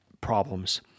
problems